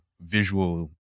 visual